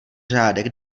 řádek